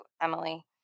Emily